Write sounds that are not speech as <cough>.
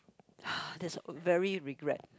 <breath> that's very regret